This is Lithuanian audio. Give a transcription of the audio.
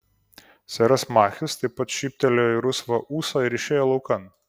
seras machis taip pat šyptelėjo į rusvą ūsą ir išėjo laukan